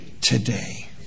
today